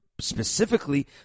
specifically